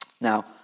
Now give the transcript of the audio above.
now